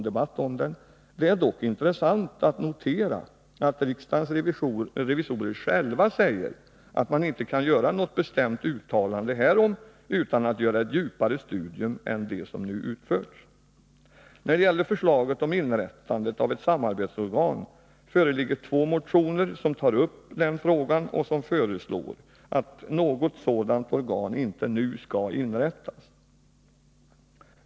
Det är dock intressant att notera att riksdagens revisorer själva säger att man inte kan avge något bestämt uttalande härom utan att göra ett studium som är mer inträngande än dem som nu har utförts. När det gäller förslaget om inrättandet av ett samarbetsorgan föreligger två motioner som tar upp den frågan och som föreslår att något sådant organ inte skall inrättas.